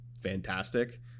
fantastic